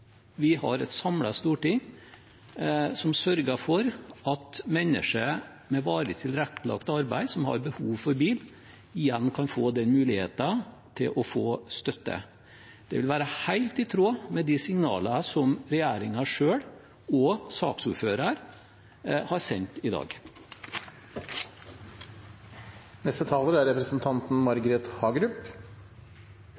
mennesker i varig tilrettelagt arbeid som har behov for bil, igjen kan få mulighet til å få støtte. Det vil være helt i tråd med de signalene som regjeringen selv og saksordføreren har sendt i dag. Bilstøtteordningen er et tema som engasjerer, for det er